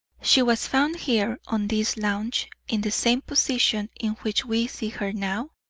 she was found here, on this lounge, in the same position in which we see her now?